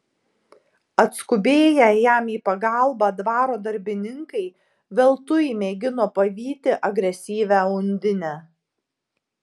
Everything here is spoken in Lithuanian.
atskubėję jam į pagalbą dvaro darbininkai veltui mėgino pavyti agresyvią undinę